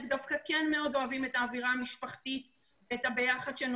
לדוגמה כשאנחנו משחררים חייל בודד ביום חמישי בשעה מאוחרת והוא לא